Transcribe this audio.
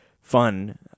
fun